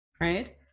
Right